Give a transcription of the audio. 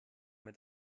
mit